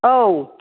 औ